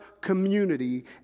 community